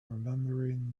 remembering